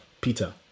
peter